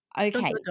Okay